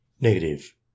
negative